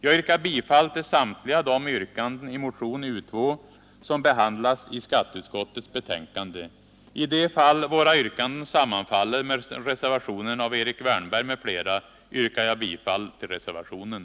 Jag yrkar bifall till samtliga de yrkanden i motion U:2 som behandlas i skatteutskottets betänkande. I de fall våra yrkanden sammanfaller med yrkandena i reservationen av Erik Wärnberg m.fl., yrkar jag bifall till reservationen.